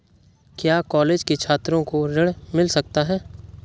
क्या कॉलेज के छात्रो को ऋण मिल सकता है?